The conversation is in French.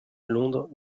londres